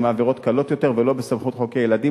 אם העבירות קלות יותר ולא בסמכות חוקרי ילדים,